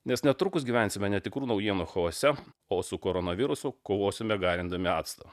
nes netrukus gyvensime netikrų naujienų chaose o su koronavirusu kovosime garindami actą